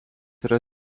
yra